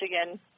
Michigan